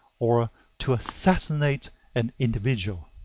or to assassinate an individual,